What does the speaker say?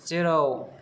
जेराव